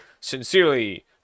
Sincerely